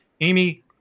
Amy